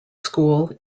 school